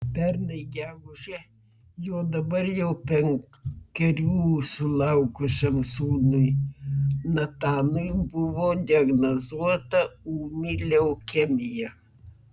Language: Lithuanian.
pernai gegužę jo dabar jau penkerių sulaukusiam sūnui natanui buvo diagnozuota ūmi leukemija